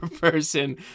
person